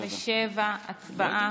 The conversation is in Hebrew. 47. הצבעה.